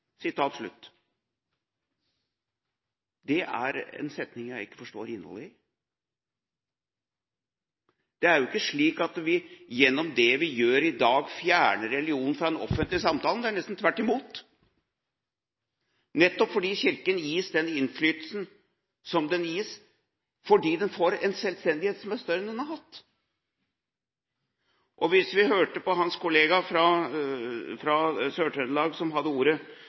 Det er en setning jeg ikke forstår innholdet i. Det er jo ikke slik at vi gjennom det vi gjør i dag, fjerner religionen fra den offentlige samtalen. Det er nesten tvert imot – nettopp fordi Kirken gis den innflytelsen som den gis, fordi den får en selvstendighet som er større enn den har hatt. Hans kollega fra Sør-Trøndelag, som hadde ordet